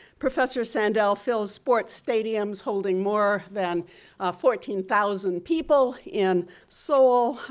professor sandel fills sports stadiums holding more than fourteen thousand people in seoul.